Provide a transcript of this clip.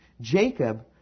Jacob